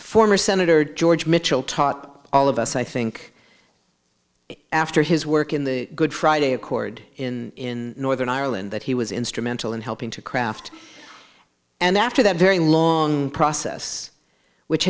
former senator george mitchell taught all of us i think after his work in the good friday accord in northern ireland that he was instrumental in helping to craft and after that very long process which